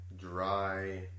dry